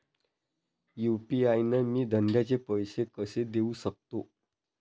UPI न मी धंद्याचे पैसे कसे देऊ सकतो?